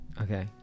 Okay